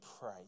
pray